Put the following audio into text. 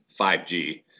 5G